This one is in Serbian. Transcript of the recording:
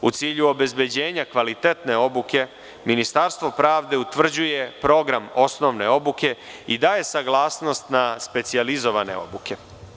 U cilju obezbeđenja kvalitetne obuke, Ministarstvo pravde utvrđuje program osnovne obuke i daje saglasnost na specijalizovane obuke.